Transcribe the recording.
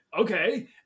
okay